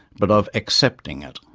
but of accepting it.